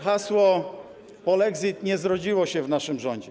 Hasło: polexit nie zrodziło się w naszym rządzie.